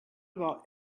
about